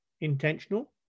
intentional